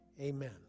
amen